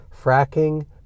Fracking